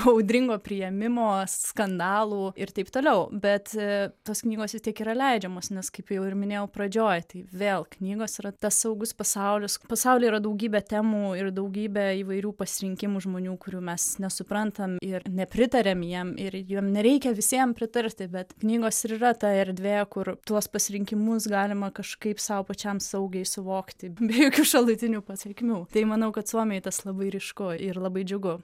audringo priėmimo skandalų ir taip toliau bet tos knygos vis tiek yra leidžiamos nes kaip jau ir minėjau pradžioj tai vėl knygos yra tas saugus pasaulis pasaulyje yra daugybė temų ir daugybė įvairių pasirinkimų žmonių kurių mes nesuprantam ir nepritariam jiem ir jiem nereikia visiem pritarti bet knygos ir yra ta erdvė kur tuos pasirinkimus galima kažkaip sau pačiam saugiai suvokti be jokių šalutinių pasekmių tai manau kad suomijoj tas labai ryšku ir labai džiugu